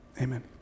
amen